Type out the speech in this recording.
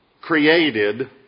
created